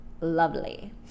lovely